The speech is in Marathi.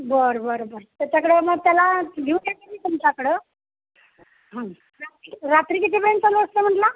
बरं बरं बरं त्याच्याकडं मग त्याला घेऊया येते मी तुमच्याकडं रात्री कितीपर्यंत चालू असतं म्हणाला